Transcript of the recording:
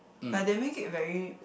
like they make it very